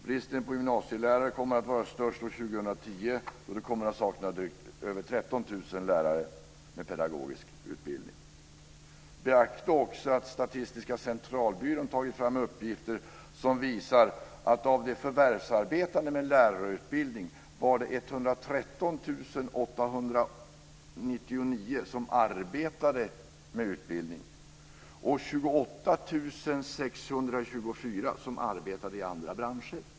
Bristen på gymnasielärare kommer att vara störst år 2010, då det kommer att saknas mer än Man kan också beakta att Statistiska centralbyrån har tagit fram uppgifter som visar att av de förvärvsarbetande med lärarutbildning var det 113 899 som arbetade med utbildning och 28 624 som arbetade i andra branscher.